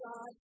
God